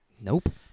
Nope